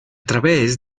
través